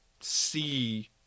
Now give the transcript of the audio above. see